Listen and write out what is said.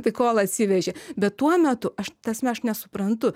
tai kol atsivežė bet tuo metu aš ta prasme aš nesuprantu